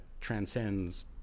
transcends